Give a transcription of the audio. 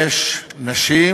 יש נשים,